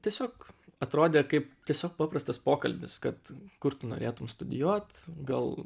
tiesiog atrodė kaip tiesiog paprastas pokalbis kad kur tu norėtum studijuot gal